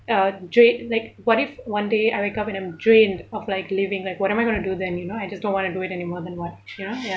uh dra~ like what if one day I wake up and I'm drained of like living like what am I going to do then you know I just don't want to do it anymore then what ya ya